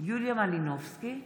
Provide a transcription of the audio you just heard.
יוליה מלינובסקי,